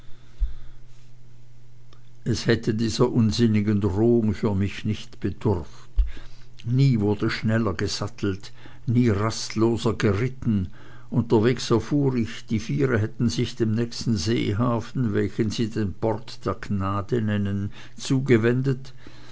es hätte dieser unsinnigen drohung für mich nicht bedurft nie wurde schneller gesattelt nie rastloser geritten unterwegs erfuhr ich die viere hätten sich dem nächsten seehafen welchen sie den port der gnade nennen zugewendet